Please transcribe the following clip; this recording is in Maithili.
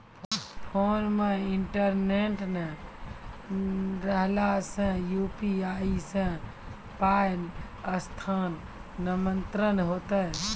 फोन मे इंटरनेट नै रहला सॅ, यु.पी.आई सॅ पाय स्थानांतरण हेतै?